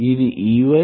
ఇది Ey